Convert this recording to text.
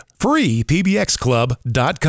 freepbxclub.com